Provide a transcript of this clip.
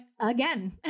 again